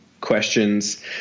questions